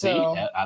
See